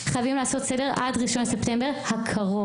חייבים לעשות סדר עד ה-1 בספטמבר הקרוב.